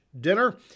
Dinner